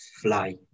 fly